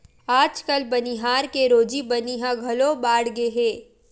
आजकाल बनिहार के रोजी बनी ह घलो बाड़गे हे